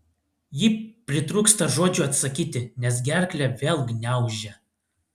ji pritrūksta žodžių atsakyti nes gerklę vėl gniaužia